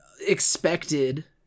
expected